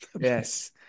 yes